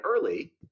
early